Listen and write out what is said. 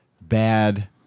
bad